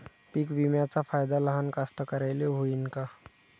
पीक विम्याचा फायदा लहान कास्तकाराइले होईन का?